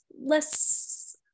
less